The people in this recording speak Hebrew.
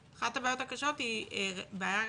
אחת הבעיות הקשות היא הבעיה הראייתית,